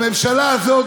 הממשלה הזאת,